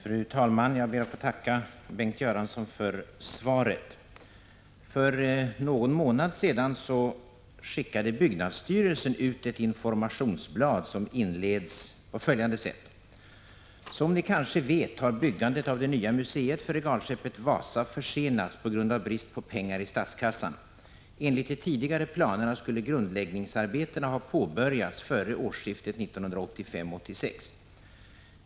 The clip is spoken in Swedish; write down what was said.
Fru talman! Jag ber att få tacka Bengt Göransson för svaret. För någon månad sedan skickade byggnadsstyrelsen ut ett informationsblad som inleds på följande sätt: ”Som Ni kanske vet har byggandet av det nya museet för regalskeppet Wasa försenats på grund av brist på pengar i statskassan. Enligt de tidigare planerna skulle grundläggningsarbetena ha påbörjats före årsskiftet 1985 1986.